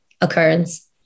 occurrence